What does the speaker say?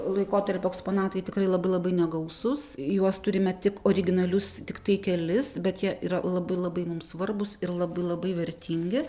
laikotarpio eksponatai tikrai labai labai negausūs juos turime tik originalius tiktai kelis bet jie yra labai labai mums svarbūs ir labai labai vertingi